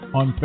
on